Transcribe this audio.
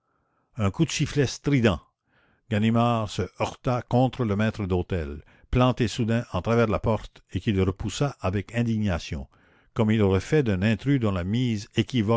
un coup de sifflet strident ganimard se heurta contre le maître d'hôtel planté soudain en travers de la porte et qui le repoussa avec indignation comme il eut fait d'un intrus dont la mise